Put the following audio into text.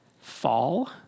fall